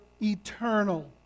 eternal